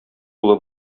улы